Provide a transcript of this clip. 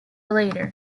later